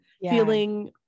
feeling